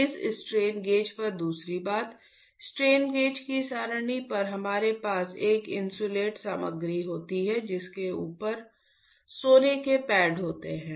इस strain gauge पर दूसरी बात स्ट्रेन गेज की सारणी पर हमारे पास एक इन्सुलेट सामग्री होती है जिसके ऊपर सोने के पैड होते हैं